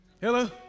hello